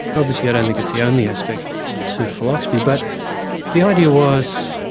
obviously i don't think it's the only aspect to philosophy, but the idea was,